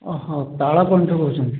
ଓ ହୋ ତାଳକଣିଠୁ କହୁଛନ୍ତି